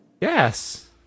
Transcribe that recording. Yes